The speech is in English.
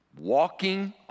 walking